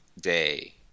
day